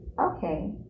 okay